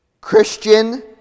Christian